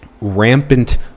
rampant